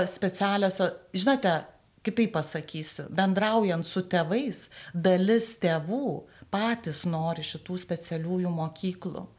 specialiosio žinote kitaip pasakysiu bendraujant su tėvais dalis tėvų patys nori šitų specialiųjų mokyklų